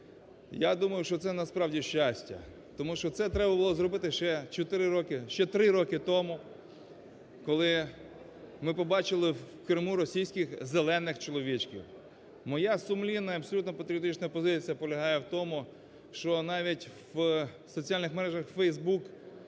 Я думаю, що це насправді щастя, тому що це треба було зробити ще чотири роки, ще три роки тому, коли ми побачили в Криму російський "зелених чоловічків". Моя сумлінна і абсолютно патріотична позиція полягає в тому, що навіть в соціальних мережах "Фейсбук"